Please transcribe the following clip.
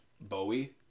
Bowie